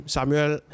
Samuel